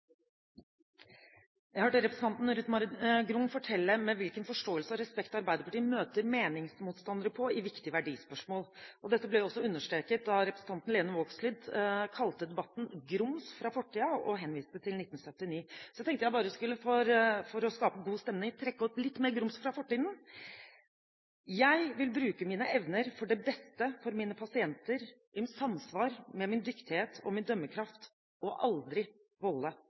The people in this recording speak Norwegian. Jeg hørte representanten Ruth Mari Grung fortelle med hvilken forståelse og respekt Arbeiderpartiet møter meningsmotstandere i viktige verdispørsmål. Dette ble også understreket da representanten Lene Vågslid kalte debatten «grums» fra fortiden og henviste til 1979. Jeg tenkte jeg bare for å skape god stemning skulle trekke opp litt mer grums fra fortiden: «Jeg vil bruke mine evner for det beste for mine pasienter i samsvar med min dyktighet og min dømmekraft og aldri volde